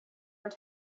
were